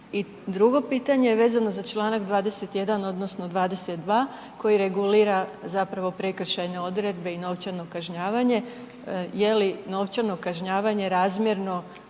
drugo pitanje je vezano za članak 21. odnosno 22. koji regulira zapravo prekršajne odredbe i novčano kažnjavanje. Je li novčano kažnjavanje razmjerno